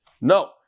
No